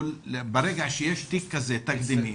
ברגע שיש תיק כזה תקדימי,